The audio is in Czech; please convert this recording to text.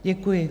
Děkuji.